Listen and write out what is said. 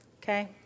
okay